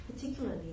particularly